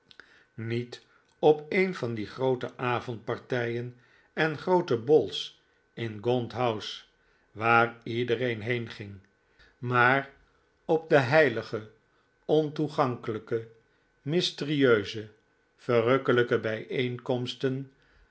niet op een van die groote avondpartijen en groote bals in gaunt house waar iedereen heenging maar op de heilige ontoegankelijke mysterieuze verrukkelijke bijeenkomsten